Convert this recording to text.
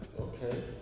Okay